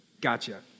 Gotcha